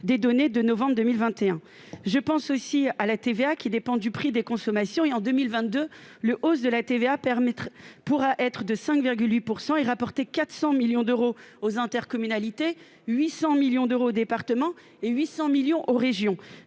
des données de novembre 2021. Je pense aussi à la TVA, qui dépend du prix des consommations. En 2022, la hausse du produit de la TVA pourra être de 5,8 % et rapporter 400 millions d'euros aux intercommunalités, 800 millions d'euros aux départements et la même somme aux régions.